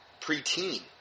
preteen